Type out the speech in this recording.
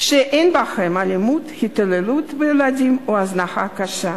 שאין בהן אלימות, התעללות בילדים או הזנחה קשה.